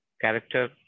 character